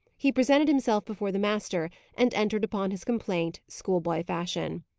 he presented himself before the master, and entered upon his complaint, schoolboy fashion.